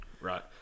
Right